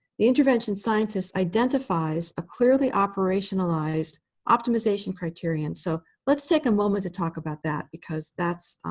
the intervention scientists identifies a clearly operationalized optimization criterion. so let's take a moment to talk about that because that's,